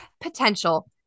Potential